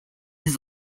his